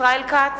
ישראל כץ,